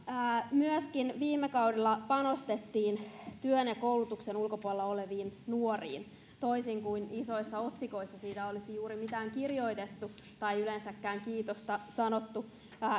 myöskin viime kaudella panostettiin työn ja koulutuksen ulkopuolella oleviin nuoriin toisin kuin isoissa otsikoissa siitä olisi juuri mitään kirjoitettu tai yleensäkään kiitosta sanottu